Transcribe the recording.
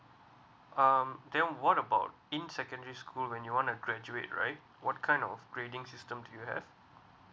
um then what about in secondary school when you want to graduate right what kind of grading system do you have